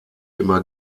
immer